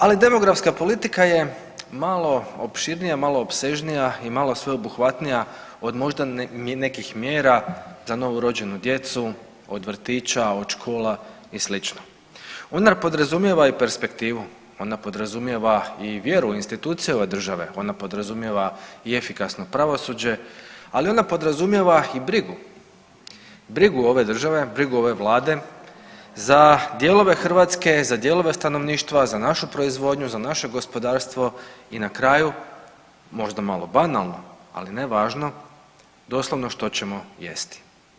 Ali demografska politika je malo opširnija, malo opsežnija i malo sveobuhvatnija od možda nekih mjera za novorođenu djecu od vrtića, od škola i sl. ona podrazumijeva i perspektivu, ona podrazumijeva i vjeru u institucije ove države, ona podrazumijeva i efikasno pravosuđe, ali ona podrazumijeva i brigu, brigu ove države, brigu ove Vlade za dijelove Hrvatske, za dijelove stanovništva, za našu proizvodnju, za naše gospodarstvo i na kraju možda malo banalno, ali ne važno doslovno što ćemo jesti.